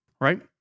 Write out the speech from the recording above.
right